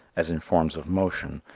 as in forms of motion,